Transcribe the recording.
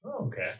Okay